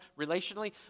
relationally